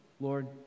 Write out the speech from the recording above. Lord